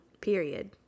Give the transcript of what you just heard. period